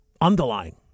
underlying